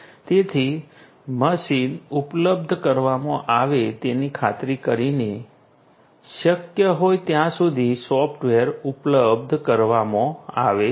તેથી મશીન ઉપલબ્ધ કરાવવામાં આવે તેની ખાતરી કરીને શક્ય હોય ત્યાં સુધી સોફ્ટવેર ઉપલબ્ધ કરાવવામાં આવે છે